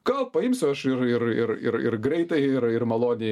gal paimsiu aš ir ir ir ir ir greitai ir ir maloniai